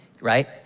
right